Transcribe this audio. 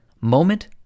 moment